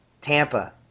Tampa